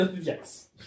Yes